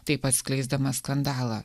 taip atskleisdamas skandalą